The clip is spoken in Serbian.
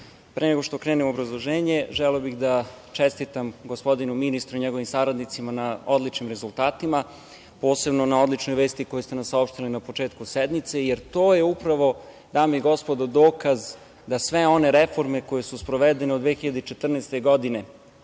nego što krenem u obrazloženje, želeo bih da čestitam gospodinu ministru i njegovim saradnicima na odličnim rezultatima, posebno na odličnoj vesti koju ste nam saopštili na početku sednice, jer to je upravo, dame i gospodo, dokaz da sve one reforme koje su sprovedene od 2014. godine,